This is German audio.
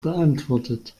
beantwortet